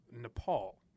Nepal